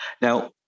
Now